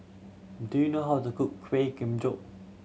do you know how to cook Kueh Kemboja